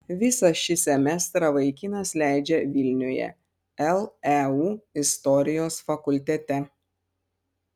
visą šį semestrą vaikinas leidžia vilniuje leu istorijos fakultete